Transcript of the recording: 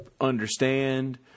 understand